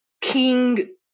king